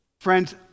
Friends